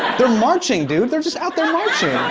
they're marching, dude. they're just out there marching.